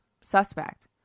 suspect